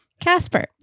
Casper